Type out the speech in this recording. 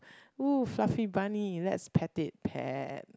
ooh fluffy bunny let's pet it pet